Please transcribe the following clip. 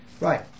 Right